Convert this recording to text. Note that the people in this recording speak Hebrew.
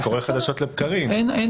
אין בעיה, זה קורה חדשות לבקרים.